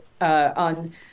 on